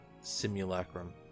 simulacrum